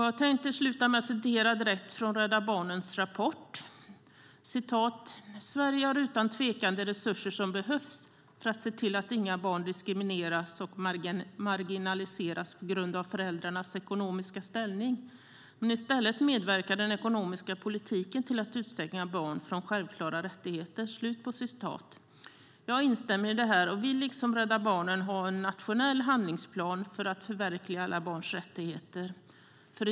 Jag avslutar med att citera ur Rädda Barnens rapport: "Sverige har utan tvekan de resurser som behövs för att se till att inga barn diskrimineras och marginaliseras på grund av föräldrarnas ekonomiska ställning. Men istället medverkar den ekonomiska politiken till att utestänga barn från självklara rättigheter." Jag instämmer i detta och vill liksom Rädda Barnen ha en nationell handlingsplan för att förverkliga alla barns rättigheter.